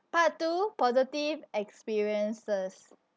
part two positive experiences